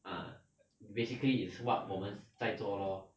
uh basically is what 我们在做 lor